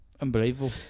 Unbelievable